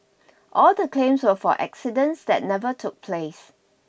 all the claims were for accidents that never took place